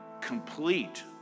complete